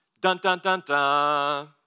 Dun-dun-dun-dun